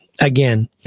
Again